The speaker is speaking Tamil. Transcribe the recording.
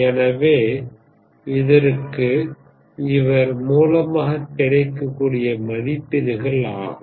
எனவே இதற்கு இவர் மூலமாக கிடைக்கக்கூடிய மதிப்பீடுகள் ஆகும்